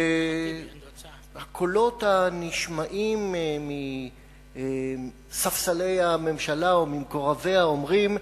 והקולות הנשמעים מספסלי הממשלה או ממקורביה אומרים,